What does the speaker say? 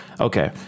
okay